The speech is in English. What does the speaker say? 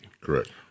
Correct